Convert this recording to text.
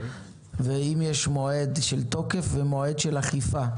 ואם יש מועד של תוקף ומועד של אכיפה,